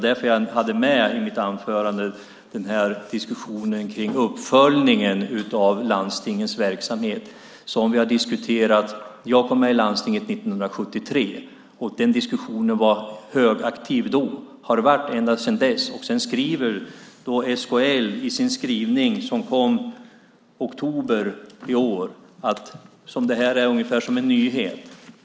Därför tog jag i mitt anförande med diskussionen om uppföljningen av landstingens verksamhet. Jag kom med i landstinget 1973, och den diskussionen var högaktiv då, och det har den varit ända sedan dess. Sedan uttrycker sig SKL i sin skrivelse från oktober i år som om detta vore en nyhet!